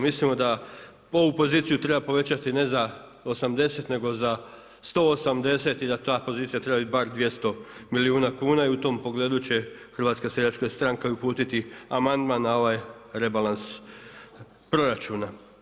Mislimo da ovu poziciju treba povećati ne za 80 nego za 180 i da ta pozicija treba biti bar 200 milijuna kuna i u tom pogledu će HSS uputiti i amandman na ovaj rebalans proračuna.